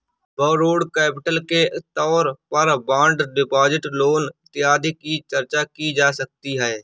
borrowed capital के तौर पर बॉन्ड डिपॉजिट लोन इत्यादि की चर्चा की जा सकती है